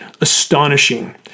astonishing